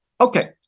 Okay